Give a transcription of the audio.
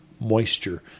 Moisture